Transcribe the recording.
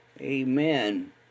Amen